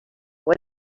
what